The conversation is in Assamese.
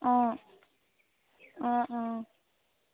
অঁ অঁ অঁ